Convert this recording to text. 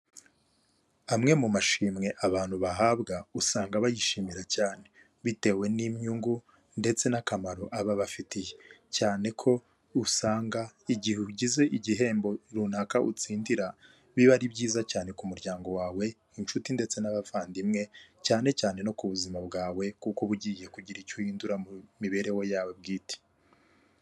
Amwe mu mashimwe abantu bahabwa usanga bayishimira cyane, bitewe n'inyungu ndetse n'akamaro ababafitiye, cyane ko usanga igihe ugize igihembo runaka utsindira, biba ari byiza cyane ku muryango wawe inshuti ndetse n'abavandimwe, cyane cyane no ku buzima bwawe kuko uba ugiye kugira icyo uhindura mu mibereho yawe bwite.